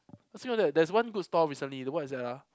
there's one good store recently the what is that ah